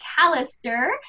Callister